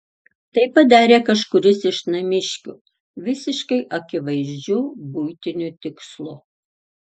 tai padarė kažkuris iš namiškių visiškai akivaizdžiu buitiniu tikslu